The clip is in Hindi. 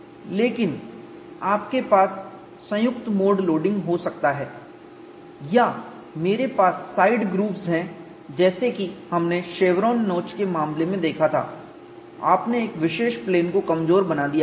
लेकिन आपके पास संयुक्त मोड लोडिंग हो सकता है या मेरे पास साइड ग्रूव्स हैं जैसे कि हमने शेवरॉन नोच के मामले में देखा था आपने एक विशेष प्लेन को कमजोर बना दिया है